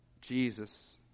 Jesus